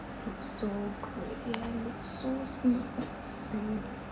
looks so good ya looks so sweet baby